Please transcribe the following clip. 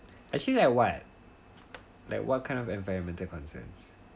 actually like what like what kind of environmental concerns